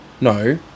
No